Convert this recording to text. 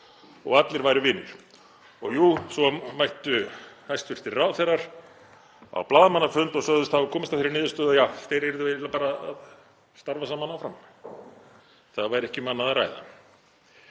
og allir væru vinir. Og jú, svo mættu hæstv. ráðherrar á blaðamannafund og sögðust hafa komist að þeirri niðurstöðu að ja, þeir yrðu eiginlega bara að starfa saman áfram, það væri ekki um annað að ræða.